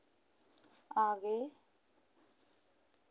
आगे